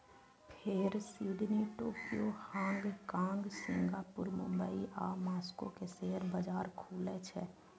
फेर Sydney, Tokyo, Hong Kong, Singapore, Mumbai आ Moscow के शेयर बाजार खुलै छै